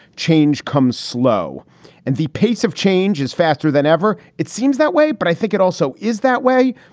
change comes slow and the pace of change is faster than ever. it seems that way, but i think it also is that way.